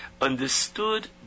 Understood